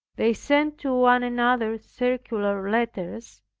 they sent to one another circular letters,